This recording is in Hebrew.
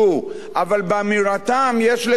אבל באמירתם יש לגיטימיות,